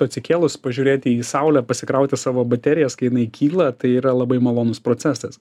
atsikėlus pažiūrėti į saulę pasikrauti savo baterijas kai jinai kyla tai yra labai malonus procesas